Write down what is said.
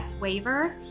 waiver